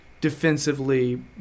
defensively